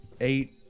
eight